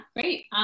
great